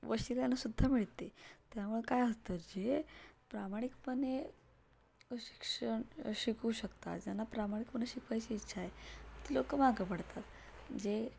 वशिल्यानंसुद्धा मिळते त्यामुळे काय असतं जे प्रामाणिकपणे शिक्षण शिकवू शकतात ज्यांना प्रामाणिकपणे शिकवायची इच्छा आहे ती लोकं मागं पडतात जे